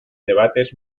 debates